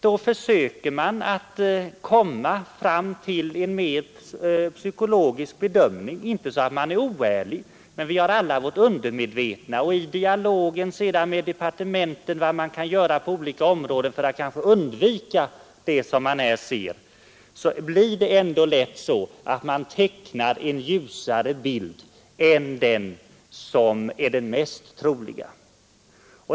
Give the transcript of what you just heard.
Då försöker man komma fram till en mer positiv bedömning. Inte så att man är oärlig, men vi har alla vårt undermedvetna. Också av den dialog som finansdepartementet före statsve propositionen har med departementen om vad som kan göras på olika områden för att kanske undvika den nedgång som man ser, blir de ansvariga lätt påverkade så att de tecknar en ljusare bild än den som är den mest troliga.